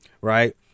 right